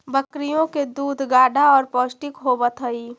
बकरियों के दूध गाढ़ा और पौष्टिक होवत हई